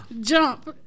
Jump